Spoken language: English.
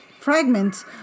fragments